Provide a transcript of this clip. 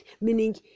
meaning